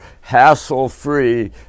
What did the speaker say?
hassle-free